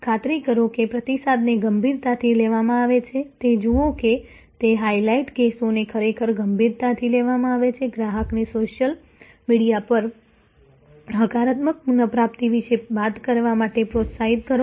ખાતરી કરો કે પ્રતિસાદને ગંભીરતાથી લેવામાં આવે છે તે જુઓ કે તે હાઈલાઈટ કેસોને ખરેખર ગંભીરતાથી લેવામાં આવે ગ્રાહકને સોશિયલ મીડિયા પર હકારાત્મક પુનઃપ્રાપ્તિ વિશે વાત કરવા માટે પ્રોત્સાહિત કરો